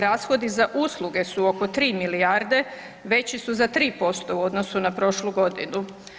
Rashodi za usluge su oko 3 milijarde, veći su za 3% u odnosu na prošlu godinu.